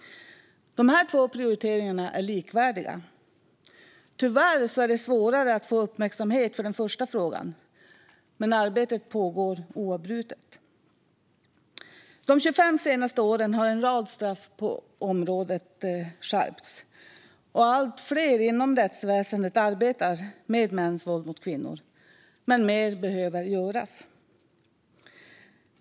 Dessa båda prioriteringar är likvärdiga. Tyvärr är det svårare att få uppmärksamhet för den första frågan, men arbetet pågår oavbrutet. De 25 senaste åren har en rad straff på området skärpts. Allt fler inom rättsväsendet arbetar med mäns våld mot kvinnor. Men mer behöver göras.